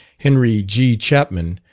henry g. chapman,